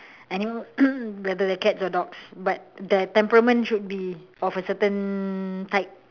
animal whether they're cats or dogs but their temperament should be of a certain type